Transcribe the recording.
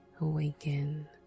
awaken